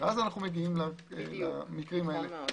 ואז אנו מגיעים למקרים האלה.